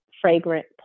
fragrant